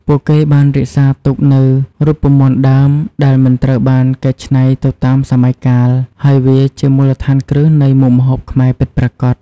ពួកគេបានរក្សាទុកនូវ រូបមន្តដើម ដែលមិនត្រូវបានកែច្នៃទៅតាមសម័យកាល ហើយវាជាមូលដ្ឋានគ្រឹះនៃមុខម្ហូបខ្មែរពិតប្រាកដ។